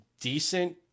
decent